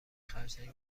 خرچنگ